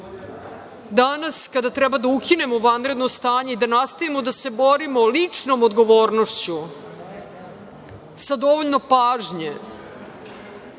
Danas kada treba da ukinemo vanredno stanje i da nastavimo da se borimo ličnom odgovornošću sa dovoljno pažnje,